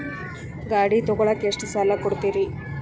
ಗಾಡಿ ತಗೋಳಾಕ್ ಎಷ್ಟ ಸಾಲ ಕೊಡ್ತೇರಿ?